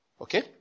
Okay